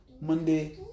Monday